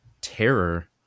terror